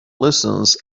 lessons